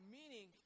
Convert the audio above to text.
meaning